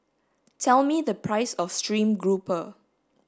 tell me the price of stream grouper